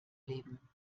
leben